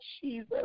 Jesus